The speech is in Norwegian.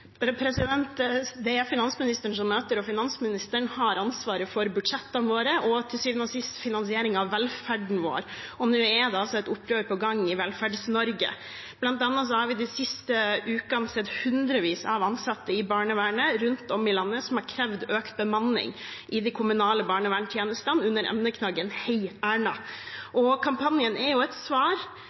Det er finansministeren som møter, og finansministeren har ansvaret for budsjettene våre og til syvende og sist finansieringen av velferden vår. Nå er det altså et opprør på gang i Velferds-Norge. Blant annet har vi de siste ukene sett hundrevis av ansatte i barnevernet rundt om i landet som har krevd økt bemanning i de kommunale barneverntjenestene under emneknaggen #heierna. Kampanjen er et svar